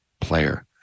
player